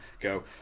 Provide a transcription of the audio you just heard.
go